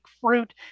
fruit